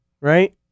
right